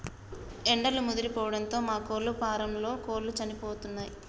ఎండలు ముదిరిపోవడంతో మా కోళ్ళ ఫారంలో కోళ్ళు సచ్చిపోయినయ్